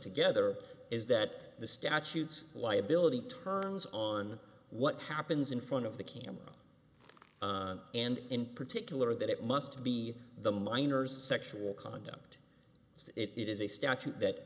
together is that the statutes liability terms on what happens in front of the camera and in particular that it must be the minors sexual conduct as it is a statute that